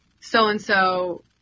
so-and-so